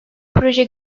proje